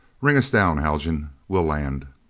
ring us down, haljan. we'll land.